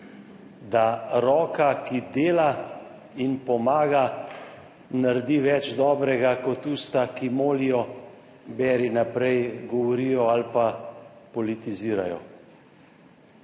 »da roka, ki dela in pomaga, naredi več dobrega kot usta, ki molijo, beri naprej, govorijo ali pa politizirajo«.